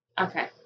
Okay